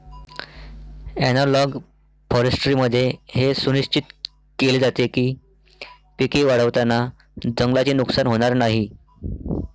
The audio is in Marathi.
ॲनालॉग फॉरेस्ट्रीमध्ये हे सुनिश्चित केले जाते की पिके वाढवताना जंगलाचे नुकसान होणार नाही